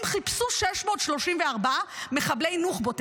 הם חיפשו 634 מחבלי נוח'בות.